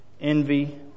envy